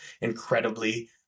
incredibly